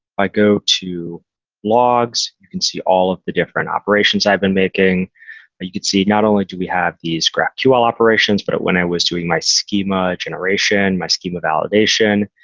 i go to logs, you can see all of the different operations i've been making, or you could see, not only do we have these graphql operations, but when i was doing my schema generation, my schema validation,